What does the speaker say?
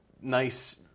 nice